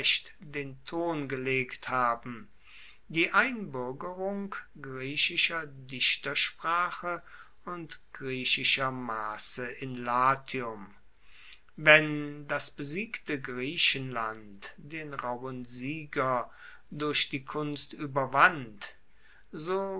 den ton gelegt haben die einbuergerung griechischer dichtersprache und griechischer masse in latium wenn das besiegte griechenland den rauhen sieger durch die kunst ueberwand so